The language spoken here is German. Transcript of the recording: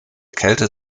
kälte